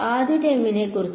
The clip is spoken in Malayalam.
ആദ്യ ടേമിനെക്കുറിച്ച്